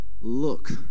Look